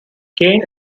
kane